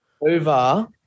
over